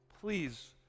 please